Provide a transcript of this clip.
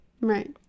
right